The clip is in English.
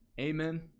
Amen